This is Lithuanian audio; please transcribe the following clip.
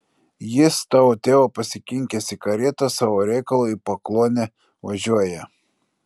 jis tavo tėvą pasikinkęs į karietą savo reikalu į pakluonę važiuoja